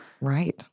Right